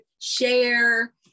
share